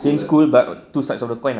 same school but two sides of the coin ah